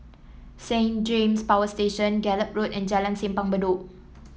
Saint James Power Station Gallop Road and Jalan Simpang Bedok